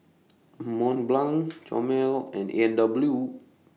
Mont Blanc Chomel and A and W